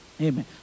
Amen